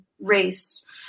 race